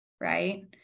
right